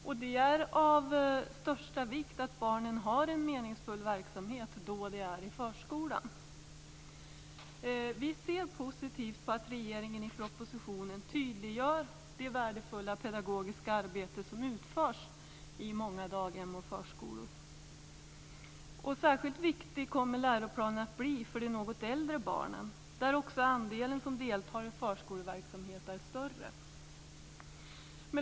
Och det är av största vikt att barnen har en meningsfull verksamhet då de är i förskolan. Vi ser positivt på att regeringen i propositionen tydliggör det värdefulla pedagogiska arbete som utförs i många daghem och förskolor. Särskilt viktig kommer läroplanen att bli för de något äldre barnen, där också andelen som deltar i förskoleverksamhet är större.